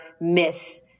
miss